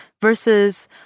Versus